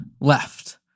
left